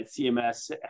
CMS